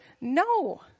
No